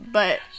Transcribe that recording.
but-